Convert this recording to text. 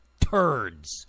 turds